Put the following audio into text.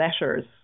letters